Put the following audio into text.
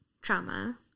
trauma